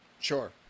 sure